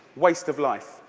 waste of life.